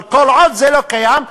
אבל כל עוד זה לא קיים,